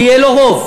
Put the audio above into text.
ויהיה לו רוב,